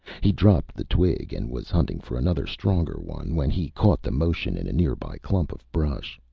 he dropped the twig and was hunting for another stronger one when he caught the motion in a nearby clump of brush.